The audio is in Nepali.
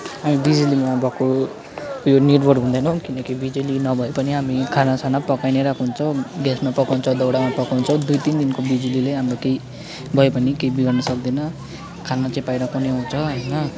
हामी बिजुलीमा भक्कु उयो निर्भर हुँदैनौँ किनकि बिजुली नभए पनि हामी खाना साना पकाई नै रहेको हुन्छौँ ग्यासमा पकाउँछौ दाउरामा पकाउँछौ दुई तिन दिनको बिजुलीले हाम्रो केही भए पनि केही बिगार्नु सक्दैन खाना चाहिँ बाहिर पनि हुन्छ होइन